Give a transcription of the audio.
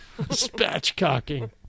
spatchcocking